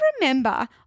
remember